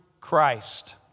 Christ